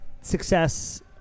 success